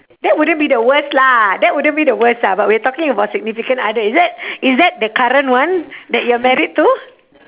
that wouldn't be the worst lah that wouldn't be the worst ah but we're talking about significant other is that is that the current one that you're married to